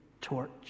torch